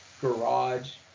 garage